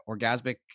orgasmic